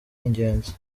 ingenzi